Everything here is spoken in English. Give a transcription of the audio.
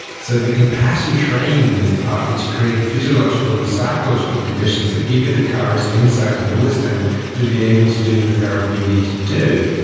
so the compassion training is partly to create the physiological and psychological conditions that give you the courage, the insight and the wisdom to be able to do the therapy you need to do.